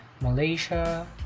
malaysia